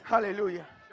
Hallelujah